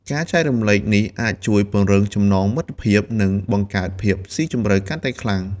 ការចែករំលែកនេះអាចជួយពង្រឹងចំណងមិត្តភាព និងបង្កើតភាពស៊ីជម្រៅកាន់តែខ្លាំង។